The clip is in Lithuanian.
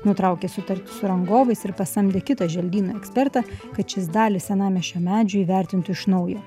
nutraukė sutartį su rangovais ir pasamdė kitą želdyno ekspertą kad šis dalį senamiesčio medžių įvertintų iš naujo